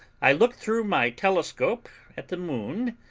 i looked through my telescope at the moon,